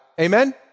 Amen